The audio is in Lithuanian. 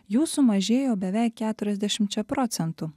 jų sumažėjo beveik keturiasdešimčia procentų